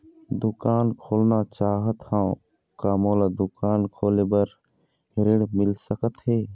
दुकान खोलना चाहत हाव, का मोला दुकान खोले बर ऋण मिल सकत हे?